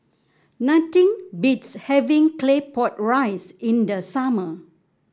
nothing beats having Claypot Rice in the summer